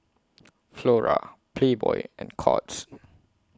Flora Playboy and Courts